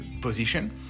position